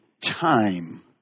time